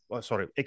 Sorry